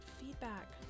feedback